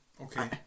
Okay